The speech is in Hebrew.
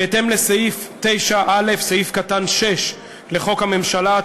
בהתאם לסעיף 9א(6) לחוק הממשלה,